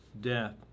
death